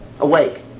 Awake